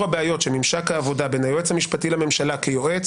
הבעיות של ממשק העבודה בין היועץ המשפטי לממשלה כיועץ